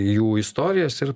jų istorijas ir